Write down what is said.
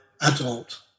adult